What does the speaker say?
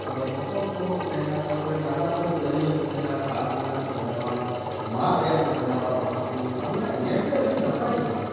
ᱛᱟᱨᱯᱚᱨᱮ ᱯᱚᱛᱚᱵ ᱠᱚᱦᱚᱸ ᱠᱚ ᱛᱟᱦᱮᱱᱟ ᱛᱟᱯᱚᱨᱮ ᱱᱟᱱᱟᱦᱩᱱᱟᱹᱨ ᱠᱟᱹᱨᱤᱜᱚᱞ ᱠᱚ ᱛᱟᱦᱮᱱᱟ ᱠᱟᱴ ᱨᱮᱱᱟᱜ ᱠᱚ ᱵᱮᱱᱟᱣᱟ ᱢᱟᱫ ᱨᱮᱭᱟᱜ ᱠᱚ ᱵᱮᱱᱟᱣᱟ ᱵᱟᱦᱟ ᱠᱚ ᱛᱟᱨᱢᱟᱱᱮ ᱧᱮᱞᱛᱮ ᱟᱹᱰᱤ ᱱᱟᱯᱟᱭ ᱵᱩᱡᱷᱟᱹᱜᱼᱟ